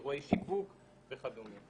אירועי שיווק וכדומה.